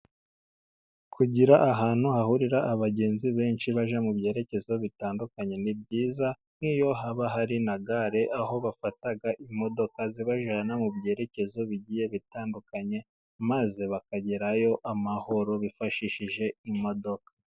Kugira ahantu hahurira abagenzi benshi bajya mu byerekezo bitandukanye ni byiza, nk'iyo haba hari na gare aho bafata imodoka zibajyana mu byerekezo bigiye bitandukanye, maze bakagerayo amahoro bifashishije imodoka.